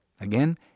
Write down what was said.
Again